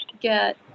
get